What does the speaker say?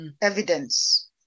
Evidence